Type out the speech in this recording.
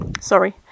sorry